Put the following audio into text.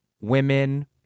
women